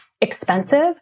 expensive